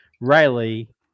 Riley